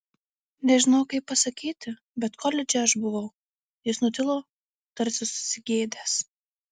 nežinau kaip pasakyti bet koledže aš buvau jis nutilo tarsi susigėdęs